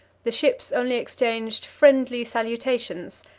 the ships only exchanged friendly salutations,